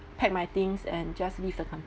pack my things and just leave the company